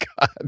God